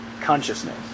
consciousness